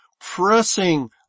pressing